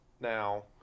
now